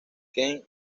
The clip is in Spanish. ken